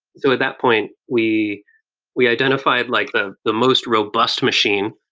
so at that point, we we identified like the the most robust machine.